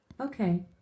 Okay